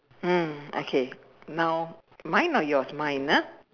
mm okay now mine or yours mine ah